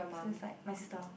feel like my style